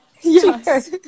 Yes